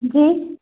जी